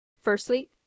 Firstly